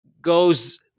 goes